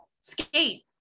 skate